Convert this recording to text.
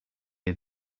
had